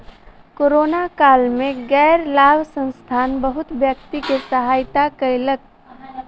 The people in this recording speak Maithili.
कोरोना काल में गैर लाभ संस्थान बहुत व्यक्ति के सहायता कयलक